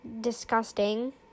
disgusting